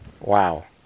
wow